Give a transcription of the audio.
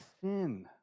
sin